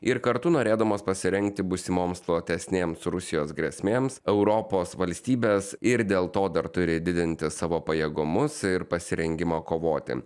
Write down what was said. ir kartu norėdamos pasirengti būsimoms platesnėms rusijos grėsmėms europos valstybės ir dėl to dar turi didinti savo pajėgumus ir pasirengimą kovoti